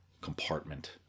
compartment